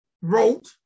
wrote